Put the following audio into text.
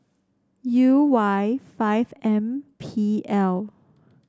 U Y five M P L